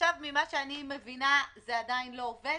ממה שאני מבינה, זה עדיין לא עובד?